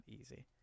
easy